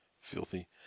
Filthy